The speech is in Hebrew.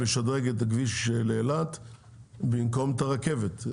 לשדרג את הכביש לאילת במקום את הרכבת.